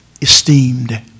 esteemed